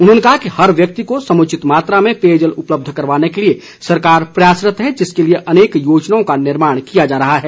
उन्होंने कहा कि हर व्यक्ति को समूचित मात्रा में पेयजल उपलब्ध करवाने के लिए सरकार प्रयासरत्त है जिसके लिए अनेक योजनाओं का निर्माण किया जा रहा है